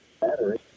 Battery